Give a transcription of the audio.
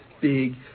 Big